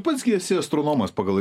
pats gi esi astronomas pagal